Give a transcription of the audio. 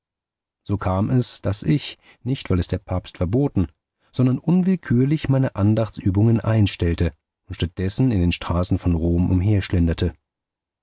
so kam es daß ich nicht weil es der papst verboten sondern unwillkürlich meine andachtsübungen einstellte und statt dessen in den straßen von rom